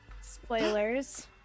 spoilers